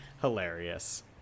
hilarious